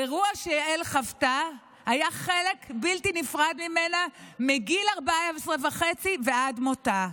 האירוע שיעל חוותה היה חלק בלתי נפרד ממנה מגיל 14 וחצי ועד מותה.